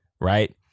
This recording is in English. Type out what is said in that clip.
right